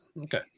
Okay